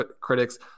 critics